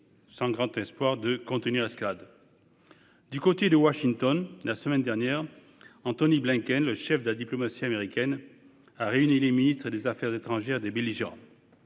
sans grand espoir -de contenir l'escalade. Du côté de Washington, la semaine dernière, Antony Blinken, le chef de la diplomatie américaine, a réuni les ministres des affaires étrangères des belligérants.